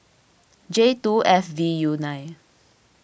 J two F V U nine